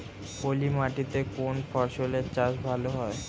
পলি মাটিতে কোন ফসলের চাষ ভালো হয়?